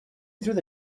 through